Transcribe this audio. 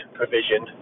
provision